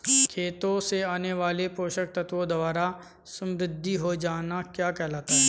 खेतों से आने वाले पोषक तत्वों द्वारा समृद्धि हो जाना क्या कहलाता है?